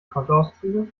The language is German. kontoauszüge